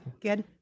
good